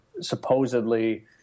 supposedly